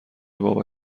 بابا